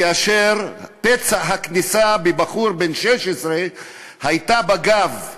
כאשר פצע הכניסה בבחור בן 16 היה בגב,